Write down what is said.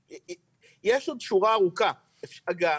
אגב,